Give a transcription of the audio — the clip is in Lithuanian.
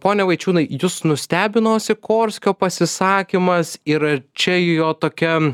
pone vaičiūnai jus nustebino sikorskio pasisakymas ir ar čia jo tokia